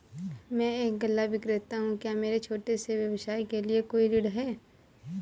मैं एक गल्ला विक्रेता हूँ क्या मेरे छोटे से व्यवसाय के लिए कोई ऋण है?